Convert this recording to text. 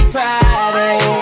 Friday